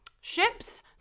ship's